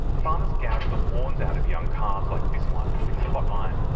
farmers gouge the horns out of young calves like this one with a hot iron.